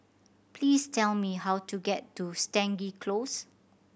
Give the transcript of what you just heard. please tell me how to get to Stangee Close